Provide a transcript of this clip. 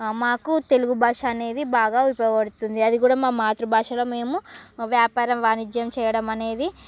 మాకు తెలుగు భాష అనేది బాగా ఉపయోగపడుతుంది అదికూడా మా మాతృ భాషలో మేము వ్యాపారం వాణిజ్యం చేయడం అనేది